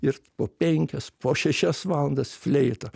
ir po penkias po šešias valandas fleita